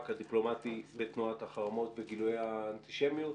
הדיפלומטי בתנועת החרמות ובגילויי האנטישמיות.